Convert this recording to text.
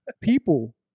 people